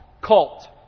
cult